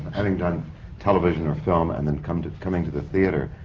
having done television or film and then coming to. coming to the theatre.